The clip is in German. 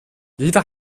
jeder